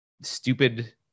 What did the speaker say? stupid